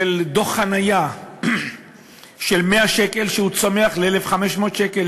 דוח חניה של 100 שקל שצומח ל-1,500 שקל,